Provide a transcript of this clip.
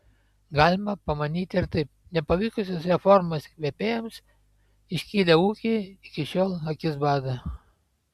galima pamanyti ir taip nepavykusios reformos įkvėpėjams išlikę ūkiai iki šiol akis bado